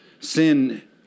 Sin